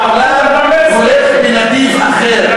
העולם הולך בנתיב אחר.